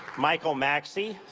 michael maxey,